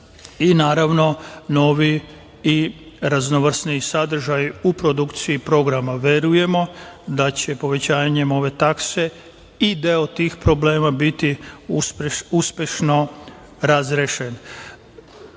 i naravno novi i raznovrsniji sadržaj u produkciji programa. Verujemo da će povećanjem ove takse i deo tih problema biti uspešno razrešen. Želim